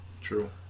True